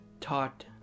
taught